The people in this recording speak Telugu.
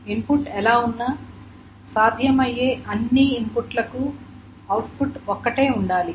ఇన్పుట్ ఎలా ఉన్నా సాధ్యమయ్యే అన్ని ఇన్పుట్లకు అవుట్పుట్ ఒక్కటే ఉండాలి